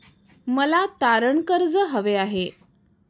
मला तारण कर्ज हवे आहे